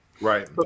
Right